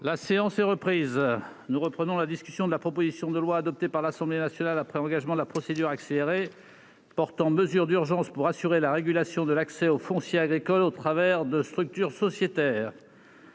La séance est reprise. Nous reprenons la discussion de la proposition de loi, adoptée par l'Assemblée nationale après engagement de la procédure accélérée, portant mesures d'urgence pour assurer la régulation de l'accès au foncier agricole au travers de structures sociétaires.